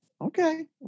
Okay